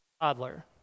toddler